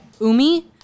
Umi